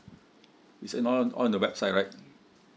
it's on on the website right